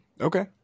Okay